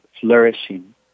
flourishing